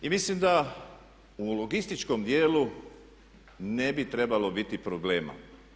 I mislim da u logističkom dijelu ne bi trebalo biti problema.